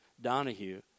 donahue